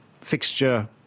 fixture